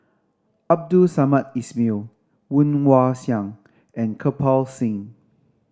Abdul Samad Ismail Woon Wah Siang and Kirpal Singh